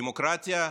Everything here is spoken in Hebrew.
דמוקרטיה,